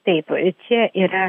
taip čia yra